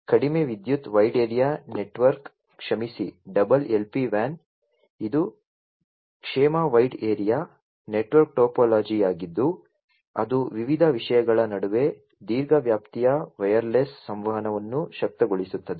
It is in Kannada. ಆದ್ದರಿಂದ ಕಡಿಮೆ ವಿದ್ಯುತ್ ವೈಡ್ ಏರಿಯಾ ನೆಟ್ವರ್ಕ್ ಕ್ಷಮಿಸಿ ಡಬಲ್ LPWAN ಇದು ಕ್ಷೇಮ ವೈಡ್ ಏರಿಯಾ ನೆಟ್ವರ್ಕ್ ಟೋಪೋಲಜಿಯಾಗಿದ್ದು ಅದು ವಿವಿಧ ವಿಷಯಗಳ ನಡುವೆ ದೀರ್ಘ ವ್ಯಾಪ್ತಿಯ ವೈರ್ಲೆಸ್ ಸಂವಹನವನ್ನು ಶಕ್ತಗೊಳಿಸುತ್ತದೆ